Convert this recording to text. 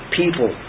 people